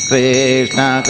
Krishna